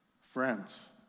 Friends